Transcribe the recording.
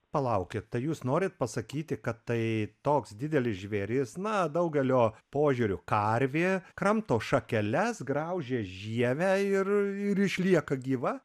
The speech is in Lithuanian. palaukit tai jūs norit pasakyti kad tai toks didelis žvėris na daugelio požiūriu karvė kramto šakeles graužia žievę ir ir išlieka gyva